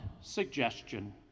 suggestion